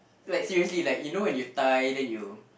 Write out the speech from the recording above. like seriously like you know when you tie then you